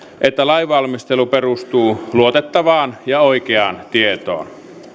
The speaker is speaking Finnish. että lainvalmistelu perustuu luotettavaan ja oikeaan tietoon